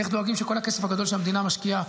איך דואגים שכל הכסף הגדול שהמדינה משקיעה,